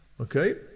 Okay